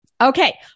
Okay